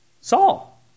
Saul